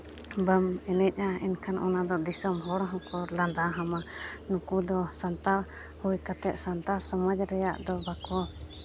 ᱵᱟᱢ ᱮᱱᱮᱡᱼᱟ ᱮᱱᱠᱷᱟᱱ ᱚᱱᱟᱫᱚ ᱫᱤᱥᱚᱢ ᱦᱚᱲ ᱦᱚᱸᱠᱚ ᱞᱟᱸᱫᱟ ᱟᱢᱟ ᱩᱱᱠᱩ ᱫᱚ ᱥᱟᱱᱛᱟᱲ ᱦᱩᱭ ᱠᱟᱛᱮᱫ ᱥᱟᱱᱛᱟᱲ ᱥᱚᱢᱟᱡᱽ ᱨᱮᱭᱟᱜ ᱫᱚ ᱵᱟᱠᱚ